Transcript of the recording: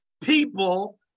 people